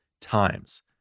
times